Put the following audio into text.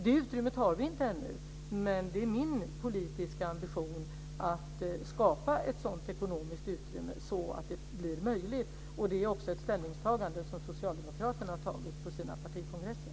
Det utrymmet har vi inte ännu, men det är min politiska ambition att skapa ett sådant ekonomiskt utrymme att det blir möjligt. Det är också ett ställningstagande som Socialdemokraterna har gjort på sina partikongresser.